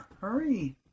hurry